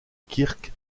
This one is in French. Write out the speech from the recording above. kirk